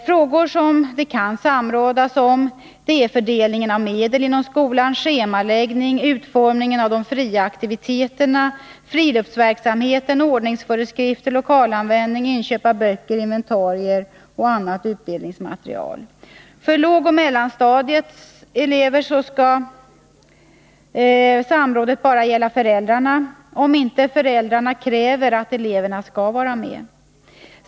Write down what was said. Frågor som det kan samrådas om är fördelningen av medel inom skolan, schemaläggningen, utformningen av de fria aktiviteterna och friluftsverksamheten, ordningsföreskrifter, lokalanvändning och inköp av böcker, inventarier och annat utbildningsmaterial. För lågoch mellanstadiets elever skall samrådet bara gälla föräldrarna, om inte föräldrarna kräver att eleverna skall vara med.